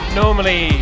normally